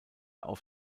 auf